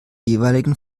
jeweiligen